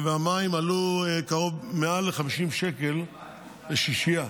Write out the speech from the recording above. המים עלו מעל 50 שקל לשישייה.